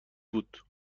بود